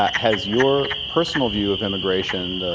ah has your personal view of immigration,